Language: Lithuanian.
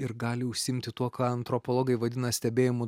ir gali užsiimti tuo ką antropologai vadina stebėjimu